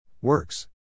Works